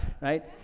right